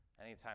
Anytime